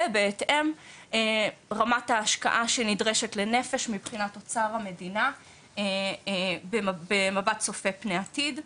ובהתאם רמת ההשקעה הנדרשת לנפש מבחינת אוצר המדינה במבט צופה פני עתיד.